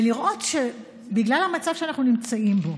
אז לראות שבגלל המצב שאנחנו נמצאים בו